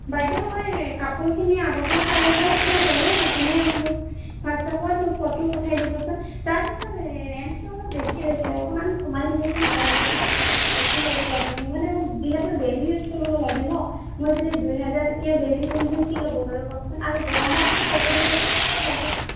বাইদেউ মই কাপোৰখিনি আগতে চাই ল'ব লাগিব বাৰু আপুনি মোক হোৱাটচ আপত ফটো পঠাই দিবচোন তাৰ পিছত ৰেন্চটো অলপ বেছি হৈছে অকণমান কমাই দিবচোন পাৰে যদি বেছি কৈছে আপুনি মানে মোক যিহেতু ডেইলি ইউজ কৰিবলৈ লাগে ন মই যদি দুই হাজাৰ টকীয়া ডেইলি পিন্ধো কি হ'ব বাৰু কওকচোন আৰু গৰমততো কপাহী কাপোৰটোৱে লাগে